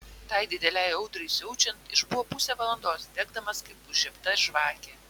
tai didelei audrai siaučiant išbuvo pusę valandos degdamas kaip užžiebta žvakė